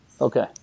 Okay